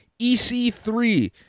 EC3